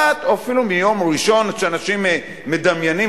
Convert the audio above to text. או אפילו מיום ראשון שאנשים מדמיינים,